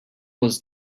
was